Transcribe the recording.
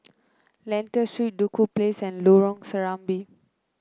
Lentor Street Duku Place and Lorong Serambi